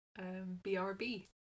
BRB